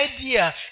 idea